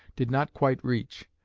did not quite reach.